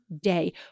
day